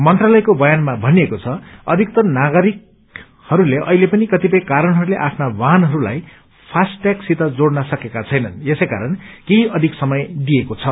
मन्त्रालयको बयानमा भनिएको छ अधिक्तर नागरिकले अहिले पनि कतिपय कारणहरूले आफ्ना वाहनहरूलाई फास्ट्यागसित जोड़न सकेका छैनन् यसैकारण केही अधिक समय दिइएको छ